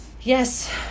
yes